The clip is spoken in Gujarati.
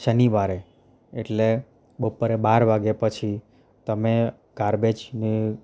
શનિવારે એટલે બપોરે બાર વાગ્યા પછી તમે ગાર્બેજની